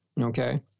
okay